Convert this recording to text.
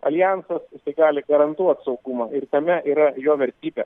aljansas jisai gali garantuot saugumą ir tame yra jo vertybė